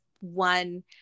one